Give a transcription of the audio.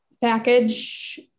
package